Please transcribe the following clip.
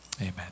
Amen